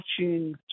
watching